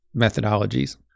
methodologies